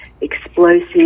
explosive